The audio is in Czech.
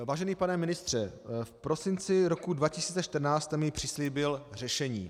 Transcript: Vážený pane ministře, v prosinci roku 2014 jste mi přislíbil řešení.